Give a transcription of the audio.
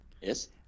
yes